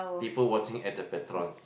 people watching at the patron